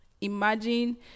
imagine